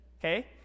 okay